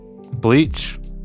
Bleach